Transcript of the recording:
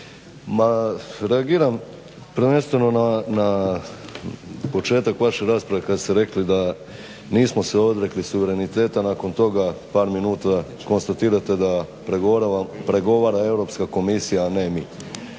Ma reagiram prvenstveno na početak vaše rasprave kada ste rekli da nismo se odrekli suvereniteta nakon toga par minuta konstatirate da pregovara Europska komisija a ne mi.